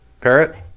Parrot